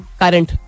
current